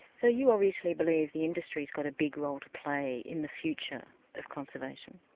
so you obviously believe the industry has got a big role to play in the future of conservation.